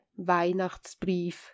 Weihnachtsbrief